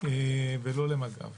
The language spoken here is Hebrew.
ולא למג"ב.